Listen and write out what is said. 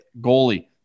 goalie